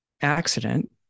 accident